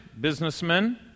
businessmen